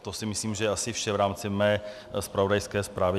To si myslím, že je asi vše v rámci mé zpravodajské zprávy.